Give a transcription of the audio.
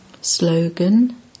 Slogan